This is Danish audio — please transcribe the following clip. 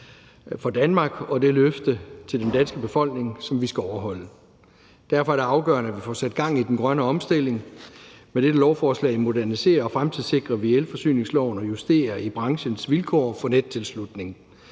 for Danmark, og det er et løfte til den danske befolkning, som vi skal overholde. Derfor er det afgørende, at vi får sat gang i den grønne omstilling. Med dette lovforslag moderniserer og fremtidssikrer vi elforsyningsloven og justerer i branchens vilkår for nettilslutning.